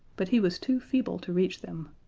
but he was too feeble to reach them,